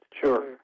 Sure